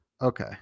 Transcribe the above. okay